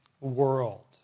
world